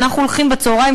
ואנחנו הולכים בצהריים,